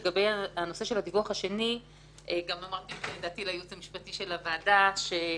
בנושא הדיווח השני גם אמרתי את דעתי לייעוץ המשפטי של הוועדה שהכנסת,